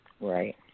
Right